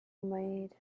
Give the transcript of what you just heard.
maid